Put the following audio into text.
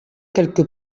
quelques